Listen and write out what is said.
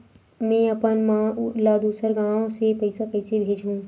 में अपन मा ला दुसर गांव से पईसा कइसे भेजहु?